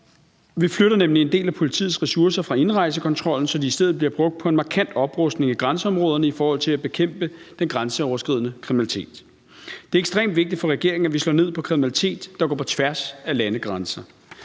Vi flytter nemlig en del af politiets ressourcer fra indrejsekontrollen, så de i stedet bliver brugt på en markant oprustning i grænseområderne i forhold til at bekæmpe den grænseoverskridende kriminalitet. Det er ekstremt vigtigt for regeringen, at vi slår ned på kriminalitet, der går på tværs af landegrænser.